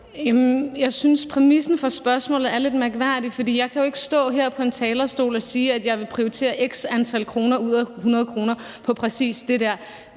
Jeg synes, præmissen for spørgsmålet er lidt mærkværdig, for jeg kan jo ikke stå her på en talerstol og sige, at jeg vil prioritere x antal kroner ud af 100 kr. på præcis det der.